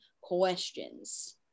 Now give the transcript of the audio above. questions